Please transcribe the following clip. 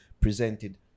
presented